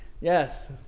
yes